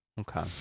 Okay